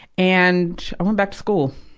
and, i went back to school.